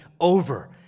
over